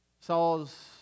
Saul's